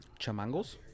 Chamangos